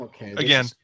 Again